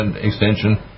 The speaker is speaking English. extension